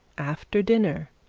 after dinner,